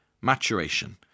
maturation